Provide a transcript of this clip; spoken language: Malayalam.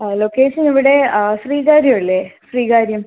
ആ ലൊക്കേഷൻ ഇവിടെ ആ ശ്രീകാര്യം ഇല്ലേ ശ്രീകാര്യം